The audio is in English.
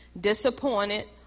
disappointed